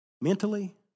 mentally